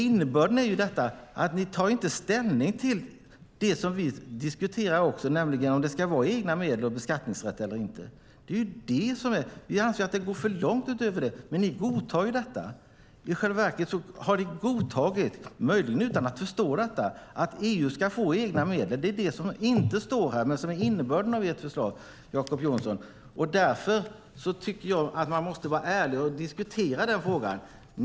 Innebörden är ju den att ni inte tar ställning till det som vi diskuterar, nämligen om det ska vara egna medel och beskattningsrätt eller inte. Det är det som det handlar om. Vi anser att det går för långt utöver det, men ni godtar detta. I själva verket har ni godtagit, möjligen utan att förstå detta, att EU ska få egna medel. Det är det som inte står här men som är innebörden av ert förslag, Jacob Johnson, och därför tycker jag att man måste vara ärlig och diskutera den frågan.